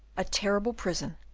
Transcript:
a terrible prison,